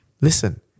Listen